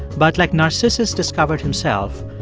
but like narcissus discovered himself,